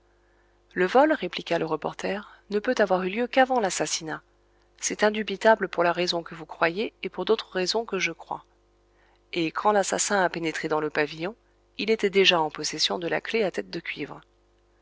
le vol répliqua le reporter ne peut avoir eu lieu qu avant l'assassinat c'est indubitable pour la raison que vous croyez et pour d'autres raisons que je crois et quand l'assassin a pénétré dans le pavillon il était déjà en possession de la clef à tête de cuivre